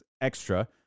Extra